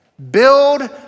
Build